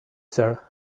sir